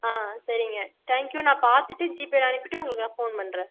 ஆ சரிங்க thank you நான் பார்த்துட்டு ஜிபேயில் அனுப்பிவிட்டு உங்களுக்கு நான் ஃபோன் பண்ணுறேன்